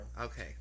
Okay